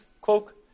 cloak